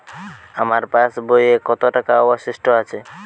আমার পাশ বইয়ে কতো টাকা অবশিষ্ট আছে?